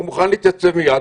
הוא מוכן להתייצב מייד,